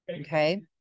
Okay